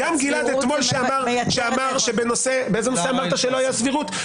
גם גלעד אתמול כשאמר שבנושא באיזה נושא אמרת שלא הייתה סבירות?